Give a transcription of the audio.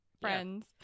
friends